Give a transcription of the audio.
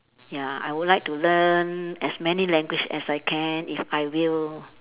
ya I would like to learn as many language as I can if I will